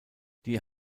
die